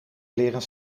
leren